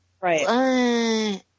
Right